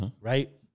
right